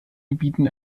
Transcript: gebieten